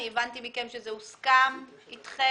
אני הבנתי מכם שזה הוסכם אתכם.